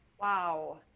Wow